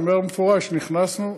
אני אומר במפורש: נכנסנו,